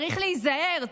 צריך להיזהר,